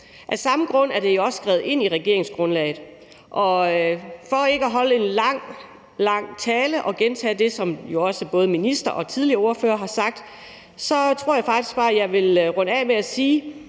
Af samme grund er det jo også skrevet ind i regeringsgrundlaget. For ikke at holde en lang, lang tale og gentage det, som både ministeren og den tidligere ordfører har sagt, tror jeg faktisk bare, jeg vil runde af med at sige,